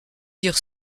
dire